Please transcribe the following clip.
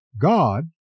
God